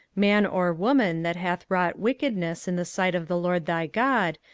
man or woman, that hath wrought wickedness in the sight of the lord thy god,